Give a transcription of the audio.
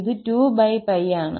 ഇത് 2𝜋ആണ്